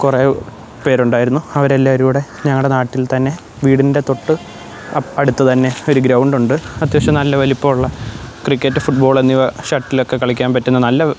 കുറേ പേർ ഉണ്ടായിരുന്നു അവർ എല്ലാവരും കൂടെ ഞങ്ങളുടെ നാട്ടിൽ തന്നെ വീടിൻ്റെ തൊട്ട് അപ്പ് അടുത്ത് തന്നെ ഒരു ഗ്രൗണ്ട് ഉണ്ട് അത്യാവശ്യം നല്ല വലിപ്പം ഉള്ള ക്രിക്കറ്റ് ഫുട്ട്ബോൾ എന്നിവ ഷട്ടിലൊക്കെ കളിക്കാൻ പറ്റുന്ന നല്ല